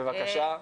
בבקשה,